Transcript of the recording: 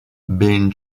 ben